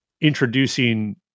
introducing